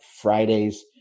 Friday's